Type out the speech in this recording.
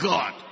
God